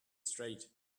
straight